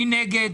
מי נגד?